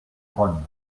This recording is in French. rhône